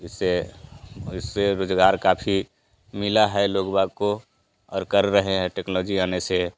जिससे जिससे रोज़गार काफी मिला है लोग वाग को और कर रहे हैं टेक्नोलॉजी आने से